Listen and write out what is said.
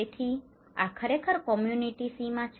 તેથી આ ખરેખર કોમ્યુનિટીની community સમુદાય સીમા છે